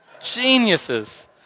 Geniuses